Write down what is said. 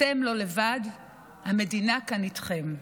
אתם לא לבד, המדינה כאן איתכם.